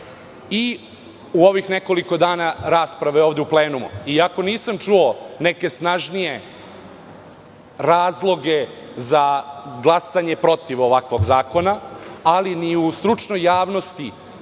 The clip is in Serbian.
ovih nekoliko dana rasprave ovde u plenumu, iako nisam čuo neke snažnije razloge za glasanje protiv ovakvog zakona, ali ni u stručnoj javnosti,